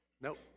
Nope